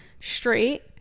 straight